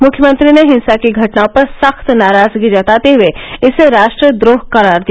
मुख्यमंत्री ने हिंसा की घटनाओं पर सख्त नाराजगी जताते हुए इसे राष्ट्र द्रोह करार दिया